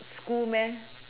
school meh